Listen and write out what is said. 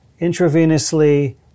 intravenously